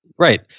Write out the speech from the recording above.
Right